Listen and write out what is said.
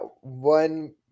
one